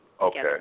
Okay